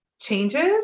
changes